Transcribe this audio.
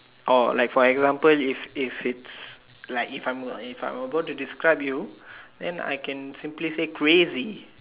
oh like for example if if it's like if I'm if I'm a~ about to describe you then I can simply say crazy